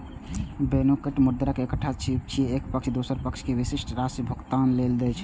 banknote मुद्राक एकटा रूप छियै, जे एक पक्ष दोसर पक्ष कें विशिष्ट राशि भुगतान लेल दै छै